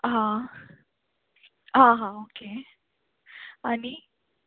हां ओके हां ओके आनी